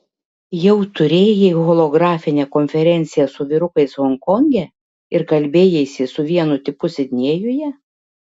jau turėjai holografinę konferenciją su vyrukais honkonge ir kalbėjaisi su vienu tipu sidnėjuje